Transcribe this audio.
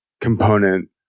component